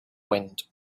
wind